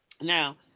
Now